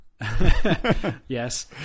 Yes